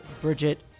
Bridget